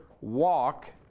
Walk